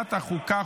מוועדת החוקה,